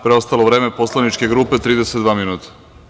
Preostalo vreme poslaničke grupe 32 minuta.